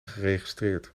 geregistreerd